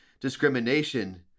discrimination